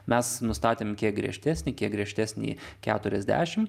mes nustatėm kiek griežtesnį kiek griežtesnį keturiasdešimt